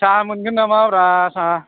साहा मोनगोन नामा ब्रा साहा